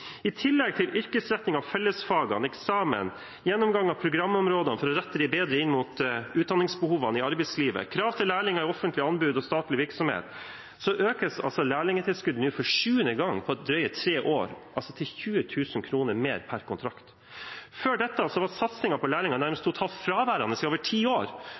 I tillegg til yrkesretting av fellesfagene, eksamen, gjennomgang av programområdene for å rette de bedre inn mot utdanningsbehovene i arbeidslivet, krav til lærlinger i offentlige anbud og statlig virksomhet, økes altså lærlingtilskuddet nå for sjuende gang på drøye tre år, altså til 20 000 kr mer per kontrakt. Før dette var satsingen på lærlinger nærmest totalt fraværende i over ti år.